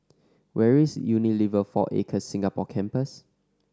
where is Unilever Four Acres Singapore Campus